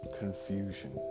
confusion